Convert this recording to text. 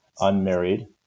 unmarried